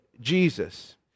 Jesus